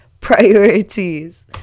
priorities